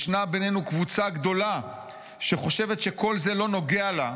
ישנה בינינו קבוצה גדולה שחושבת שכל זה לא נוגע לה,